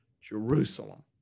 Jerusalem